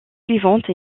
suivante